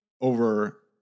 over